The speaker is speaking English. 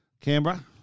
Canberra